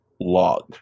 log